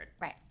Right